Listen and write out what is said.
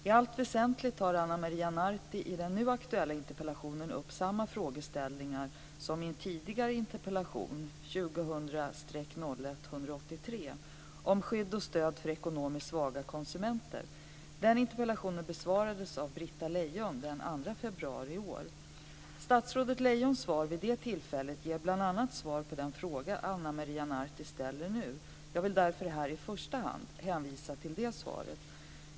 I allt väsentligt tar Ana Maria Narti i den nu aktuella interpellationen upp samma frågeställningar som hon tog upp i interpellation 2000/01:183 om skydd och stöd för ekonomiskt svaga konsumenter. Den interpellationen besvarades av statsrådet Britta Lejon den 2 februari i år. Statsrådet Lejons svar vid det tillfället ger bl.a. svar på den fråga som Ana Maria Narti ställer nu. Jag vill därför här i första hand hänvisa till det svaret.